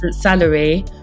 salary